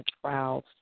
trials